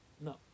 no